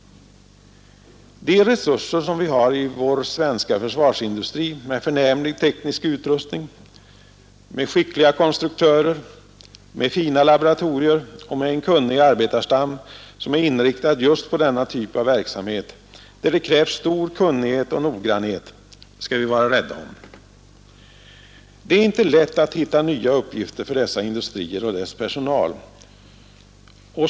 De resurser som vi har i vår svenska försvarsindustri med förnämlig teknisk utrustning, med skickliga konstruktörer, med fina laboratorier och med en kunnig arbetarstam, som är inriktad just på denna typ av verksamhet, där det krävs stor kunnighet och noggrannhet, skall vi vara rädda om. Det är inte lätt att hitta nya uppgifter för dessa industrier och deras personal.